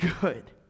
good